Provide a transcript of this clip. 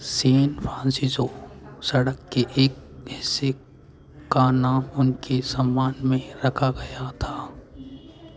San Francisco सड़क के एक हिस्से का नाम उनके सम्मान में रखा गया था